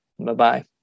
Bye-bye